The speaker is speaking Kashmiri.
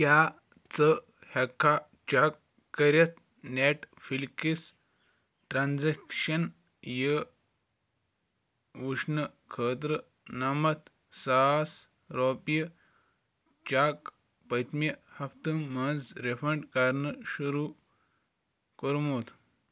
کیٛاہ ژٕ ہٮ۪کہٕ کھا چیک کٔرِتھ نیٚٹ فٕلِکس ٹرانزیکشن یہِ وٕچھنہٕ خٲطرٕ نَمَتھ ساس رۄپیہِ چٮ۪ک پٔتۍمہِ ہفتہٕ منٛز رِفنڈ کرنہٕ شروٗع کوٚرمُت